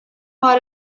har